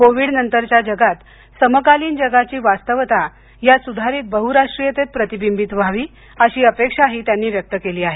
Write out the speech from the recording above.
Covid नंतरच्या जगात समकालीन जगाची वास्तवता या सुधारित बहुराष्ट्रीयतेत प्रतिबिंबित व्हावी अशी अपेक्षाही त्यांनी व्यक्त केली आहे